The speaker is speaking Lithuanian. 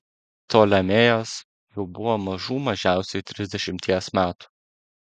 ptolemėjas jau buvo mažų mažiausiai trisdešimties metų